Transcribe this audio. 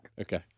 Okay